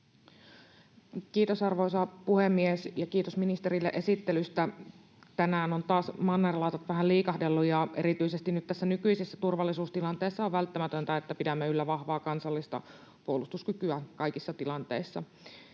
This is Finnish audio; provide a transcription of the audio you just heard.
Kiitos, arvoisa puhemies! Ja kiitos ministerille esittelystä. Tänään ovat taas mannerlaatat vähän liikahdelleet, ja erityisesti nyt tässä nykyisessä turvallisuustilanteessa on välttämätöntä, että pidämme yllä vahvaa kansallista puolustuskykyä kaikissa tilanteissa.